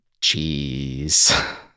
jeez